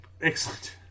Excellent